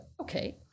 Okay